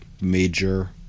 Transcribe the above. major